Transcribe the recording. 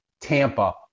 Tampa